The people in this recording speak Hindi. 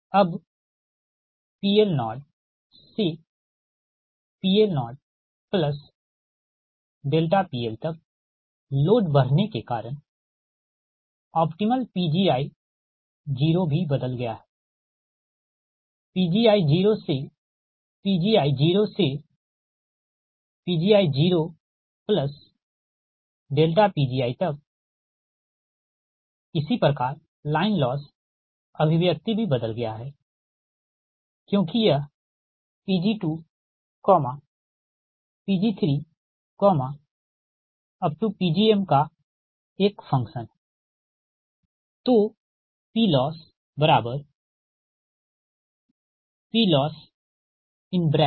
अब PL0से PL0PL तक लोड बढ़ने के कारण ऑप्टीमल Pgi0 भी बदल गया है Pgi0 से Pgi0Pgi तक ठीक है इसी प्रकार लाइन लॉस अभिव्यक्ति भी बदल गया है क्योंकि यह Pg2Pg3Pgmका एक फंक्शन है ठीक